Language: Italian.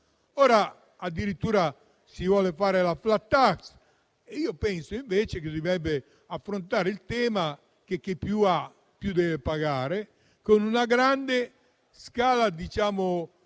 Addirittura, si vuole fare la *flat tax*. Penso invece che si dovrebbe affrontare il tema che chi più ha più deve pagare, con una grande scala e gradini